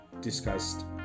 discussed